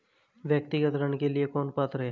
व्यक्तिगत ऋण के लिए कौन पात्र है?